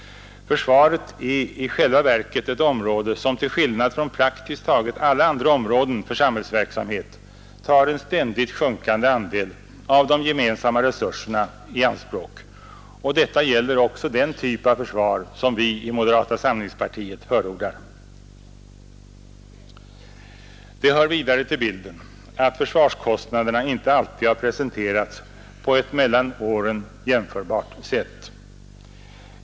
Försvaret är i själva verket ett område som till skillnad från praktiskt taget alla andra områden för samhällsverksamhet tar ständigt sjunkande andel av de gemensamma resurserna i anspråk, och detta gäller också för den typ av försvar som vi inom moderata samlingspartiet vill förorda. Vidare hör det till bilden att försvarskostnaderna inte alltid har presenterats på ett mellan åren jämförbart sätt.